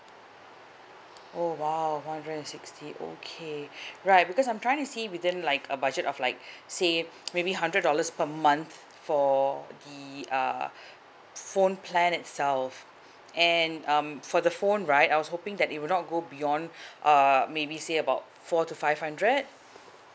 oh !wow! one hundred and sixty okay right because I'm trying to see within like a budget of like say maybe hundred dollars per month for the uh phone plan itself and um for the phone right I was hoping that it would not go beyond err maybe say about four to five hundred